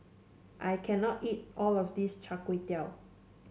I can not eat all of this Chai Kuay Tow